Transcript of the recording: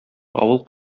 авыл